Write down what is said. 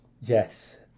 Yes